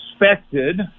expected